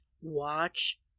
Watch